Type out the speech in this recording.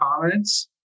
comments